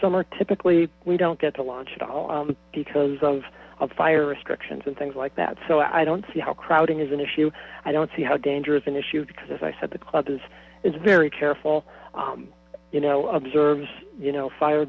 summer typically we don't get to launch at all because of fire restrictions and things like that so i don't see how crowding is an issue i don't see how dangerous an issue because as i said the club is is very careful you know observes you know fire